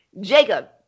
Jacob